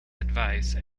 advice